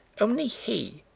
only he,